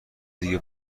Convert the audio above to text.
دیگه